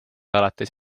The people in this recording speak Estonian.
alates